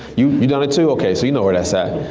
you you done it too? okay so you know where that's at.